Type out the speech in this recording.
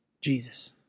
Jesus